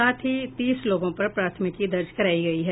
साथ ही तीस लोगों पर प्राथमिकी दर्ज करायी गयी है